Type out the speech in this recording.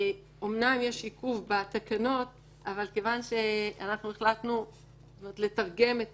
אמנם יש עיכוב בתקנות אבל כיון שאנחנו החלטנו לתרגם את